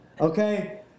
Okay